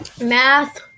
math